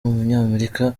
umunyamerika